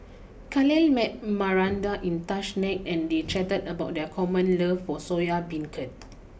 Khalil met Maranda in Tashkent and they chatted about their common love for Soya Beancurd